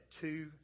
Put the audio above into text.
two